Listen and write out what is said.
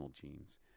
genes